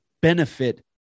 benefit